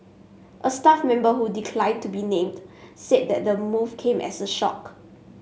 a staff member who declined to be named said the move came as a shock